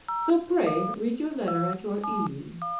so pray read your letter at your ease.